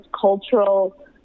cultural